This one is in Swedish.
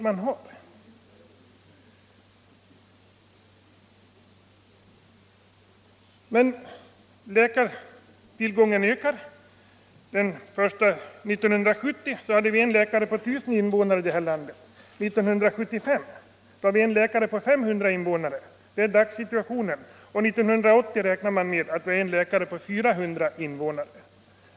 Men läkartillgången ökar. 1970 hade vi en läkare på 1000 invånare i det här landet. 1975 hade vi en läkare på 500 invånare. År 1980 räknar man med att vi skall ha en läkare på 400 invånare.